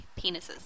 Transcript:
penises